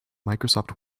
microsoft